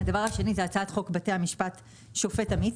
הדבר השני זה הצעת חוק בתי המשפט שופט עמית.